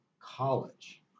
college